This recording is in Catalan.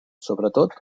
sobretot